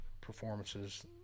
performances